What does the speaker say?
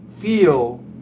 feel